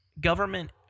government